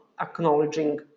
acknowledging